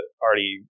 already